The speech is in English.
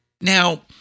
Now